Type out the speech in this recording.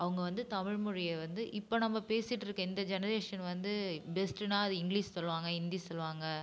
அவங்க வந்து தமிழ் மொழியை வந்து இப்போ நம்ம பேசிட்டிருக்க இந்த ஜெனரேஷன் வந்து பெஸ்ட்டுனா அது இங்க்லீஷ் சொல்வாங்க ஹிந்தி சொல்வாங்க